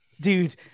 dude